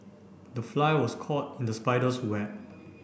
the fly was caught in the spider's web